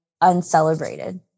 uncelebrated